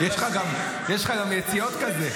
יש לך גם יציאות כאלה.